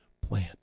plan